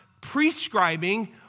prescribing